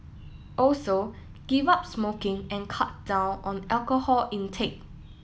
also give up smoking and cut down on alcohol intake